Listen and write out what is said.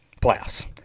playoffs